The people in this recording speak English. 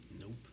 Nope